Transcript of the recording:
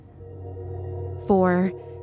Four